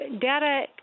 data